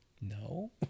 No